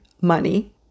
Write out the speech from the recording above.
money